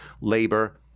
labor